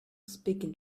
speaking